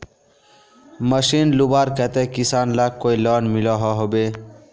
Machine लुबार केते किसान लाक कोई लोन मिलोहो होबे?